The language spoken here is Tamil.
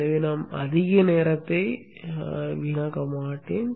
எனவே நாம் அதிக நேரத்தை வீணாக்க மாட்டோம்